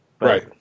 Right